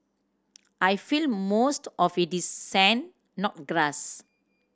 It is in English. I feel most of it is sand not grass